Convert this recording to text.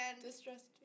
Distressed